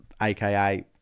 aka